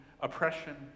oppression